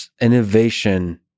innovation